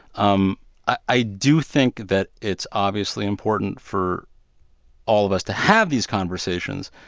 um i do think that it's obviously important for all of us to have these conversations,